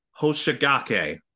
Hoshigake